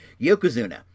Yokozuna